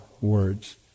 words